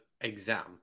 exam